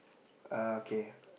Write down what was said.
err K